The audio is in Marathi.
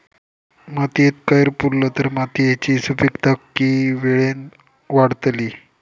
मातयेत कैर पुरलो तर मातयेची सुपीकता की वेळेन वाडतली?